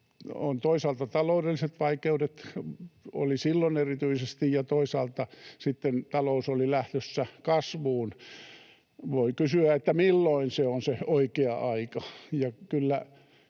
toisaalta taloudelliset vaikeudet, oli silloin erityisesti, ja toisaalta sitten talous oli lähdössä kasvuun. Voi kysyä, että milloin se on se oikea aika,